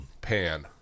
pan